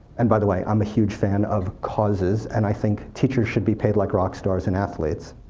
and by the way, i'm a huge fan of causes, and i think teacher should be paid like rock stars and athletes,